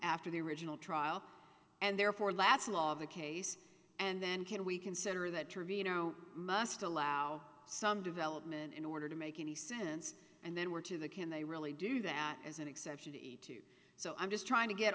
after the original trial and therefore the last law of the case and then can we consider that trevino must allow some development in order to make any sense and then were to the can they really do that as an exception to eat do so i'm just trying to get